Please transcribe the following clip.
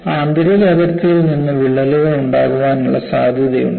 അതിനാൽ ആന്തരിക അതിർത്തിയിൽ നിന്ന് വിള്ളലുകൾ ഉണ്ടാകാനുള്ള സാധ്യതയുണ്ട്